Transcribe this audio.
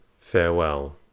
Farewell